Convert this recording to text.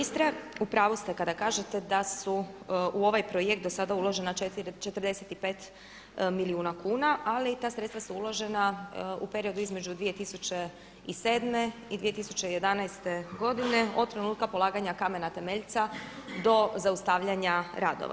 Ministre, u pravu ste kada kažete da su u ovaj projekt do sada uložena 45 milijuna kuna, ali ta sredstva su uložena u periodu između 2007. i 2011. godine od trenutka polaganja kamena temeljca do zaustavljanja radova.